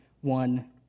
one